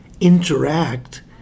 interact